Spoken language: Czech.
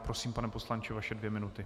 Prosím, pane poslanče, vaše dvě minuty.